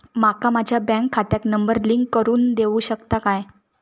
माका माझ्या बँक खात्याक नंबर लिंक करून देऊ शकता काय?